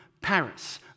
Paris